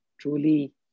truly